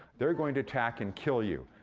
they're gonna attack and kill you.